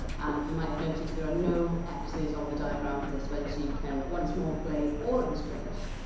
you might have noticed there are no x's on the diagram for this one, so you can, once more, play all of the strings.